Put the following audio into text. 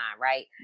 right